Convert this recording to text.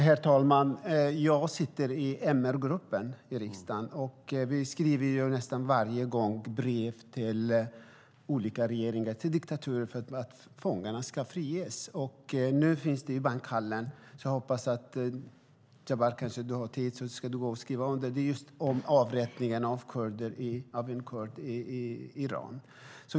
Herr talman! Jag sitter i MR-gruppen i riksdagen, och vi skriver brev till olika diktaturer om att fångar ska friges. Nu finns det i bankhallen här i riksdagen ett brev - jag hoppas att du har tid att gå och skriva under sedan, Jabar - om avrättningen av en kurd i Iran.